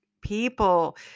people